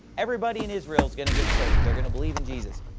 everybody in israel is going to get saved. they are going to believe in jesus!